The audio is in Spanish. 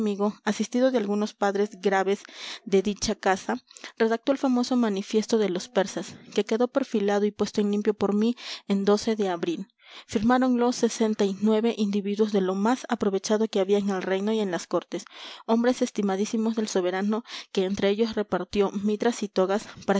asistido de algunos padres graves de dicha casa redactó el famoso manifiesto de los persas que quedó perfilado y puesto en limpio por mí en de abril firmáronlo sesenta y nueve individuos de lo más aprovechado que había en el reino y en las cortes hombres estimadísimos del soberano que entre ellos repartió mitras y togas